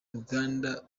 ruganda